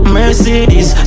Mercedes